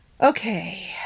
Okay